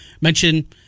Mention